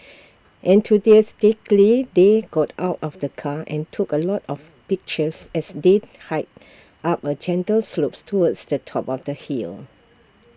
enthusiastically they got out of the car and took A lot of pictures as they hiked up A gentle slopes towards the top of the hill